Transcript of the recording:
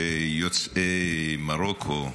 של יוצאי מרוקו,